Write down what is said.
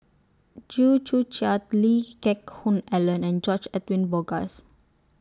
Chew Joo Chiat Lee Geck Hoon Ellen and George Edwin Bogaars